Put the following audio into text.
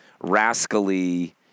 rascally